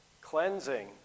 cleansing